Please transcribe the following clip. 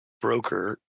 broker